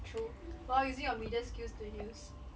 true !wow! using your media skills to use